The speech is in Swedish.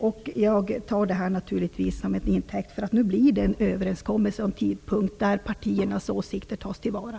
Naturligtvis tar jag detta som en intäkt för att det blir en överenskommelse om en tidpunkt varvid partiernas åsikter tas till vara.